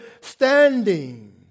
standing